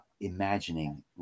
imagining